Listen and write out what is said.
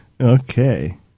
Okay